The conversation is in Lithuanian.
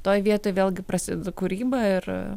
toj vietoj vėlgi prasideda kūryba ir